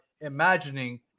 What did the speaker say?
imagining